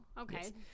okay